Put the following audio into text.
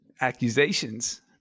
Accusations